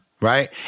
right